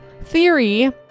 theory